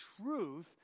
truth